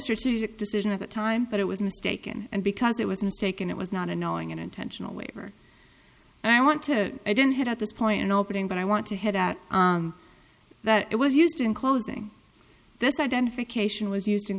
strategic decision at the time but it was mistaken and because it was mistaken it was not a knowing and intentional waiver and i want to i didn't have at this point in opening but i want to head out that it was used in closing this identification was used in